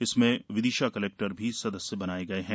इसमें विदिशा कलेक्टर भी सदस्य बनाये गये हैं